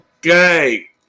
Okay